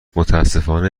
متأسفانه